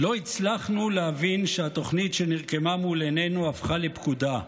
"לא הצלחנו להבין שהתוכנית שנרקמה מול עינינו הפכה לפקודה,